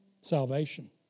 salvation